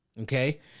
Okay